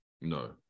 no